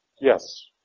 Yes